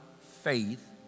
faith